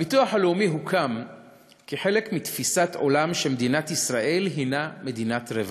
הביטוח הלאומי הוקם כחלק מתפיסת עולם שמדינת ישראל היא מדינת רווחה,